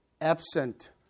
absent